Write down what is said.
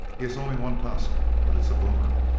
he has only one tusk, but it's a boomer.